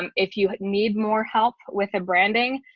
um if you need more help with a branding,